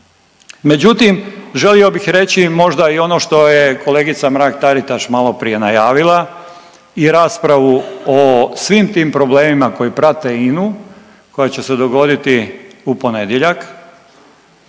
Međutim, želio bih reći možda i ono što je kolegica Mrak Taritaš maloprije najavila i raspravu o svim tim problemima koji prate INA-u, koja će se dogoditi u ponedjeljak.